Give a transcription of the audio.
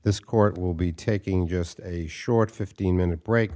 this court will be taking in just a short fifteen minute break